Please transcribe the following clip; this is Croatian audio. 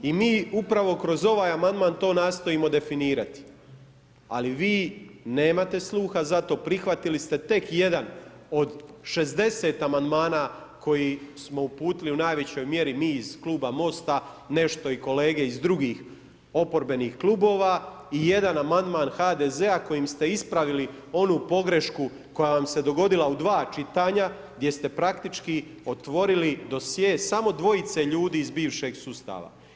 I mi upravo kroz ovaj amandman to nastojimo definirati, ali vi nemate sluha za to, prihvatili ste tek jedan od 60 amandmana koje smo uputili u najvećoj mjeri mi iz kluba Mosta, nešto i kolege iz drugih oporbenih klubova i jedan amandman HDZ-a kojim ste ispravili onu pogrešku koja vam se dogodila u dva čitanja gdje ste praktički otvorili dosje samo dvojice ljudi iz bivšeg sustava.